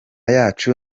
yacu